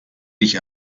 dich